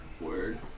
Word